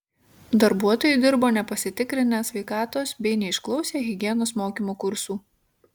darbuotojai dirbo nepasitikrinę sveikatos bei neišklausę higienos mokymo kursų